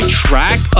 track